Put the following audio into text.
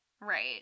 Right